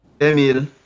Emil